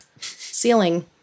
ceiling